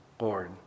Lord